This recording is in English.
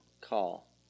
call